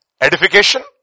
edification